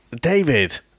David